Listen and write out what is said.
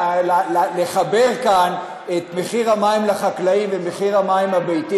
לחבר כאן את מחיר המים לחקלאים ומחיר המים למשקי הבית,